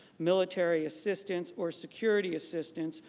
military assistance or security assistance,